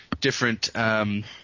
different –